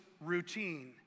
routine